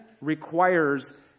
requires